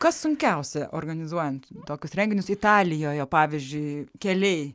kas sunkiausia organizuojant tokius renginius italijoje pavyzdžiui keliai